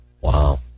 Wow